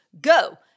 go